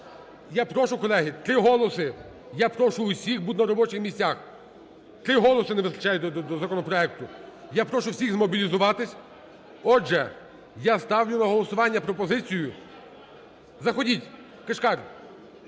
Я прошу, колеги, 3 голоси. Я прошу усіх бути на робочих місцях 3 голоси не вистачає до законопроекту. Я прошу всіх змобілізуватись. Отже, я ставлю на голосування пропозицію… Заходіть, Кишкар,